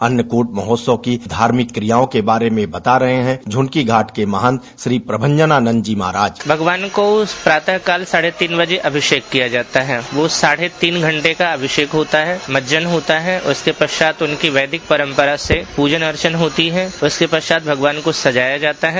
अन्नकूट महोत्सव की धार्मिक क्रियाओं के बारे में बता रहे हैं झुनकी घाट के महंत श्री प्रभंजनानंद जी महाराज बाइट भगवान को प्रातः काल साढ़ तीन बजे अभिषेक किया जाता है वो साढ़े तीन घंटे का अभिषेक होता है मंजन होता है उसके पश्चात् वैदिक परम्परा से पूजन अर्चन होती है उसके बाद भगवान को सजाया जाता है